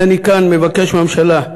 הנה אני כאן מבקש מהממשלה,